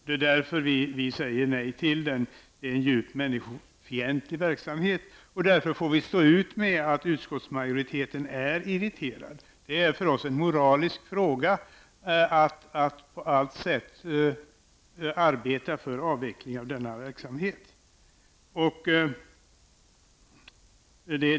Det är därför vi säger nej till den. Det är en djupt människofientlig verksamhet. Därför får vi stå ut med att utskottsmajoriteten är irriterad. Det är för oss en moralisk fråga att på allt sätt arbeta för avveckling av denna verksamhet.